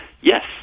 Yes